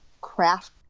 craft